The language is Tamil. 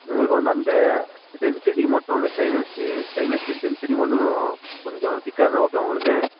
உங்களுக்கு வந்து அந்த டென்சிட்டி மட்டும் அந்த stainless steel stainless steel density மட்டும் கொஞ்சம் திக்காக இருந்தால் ஓகேவா உங்களுக்கு